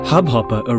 Hubhopper